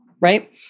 right